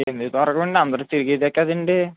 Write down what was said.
ఎందుకు దొరకవండి అందరూ తిరిగేదే కదండీ